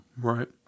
right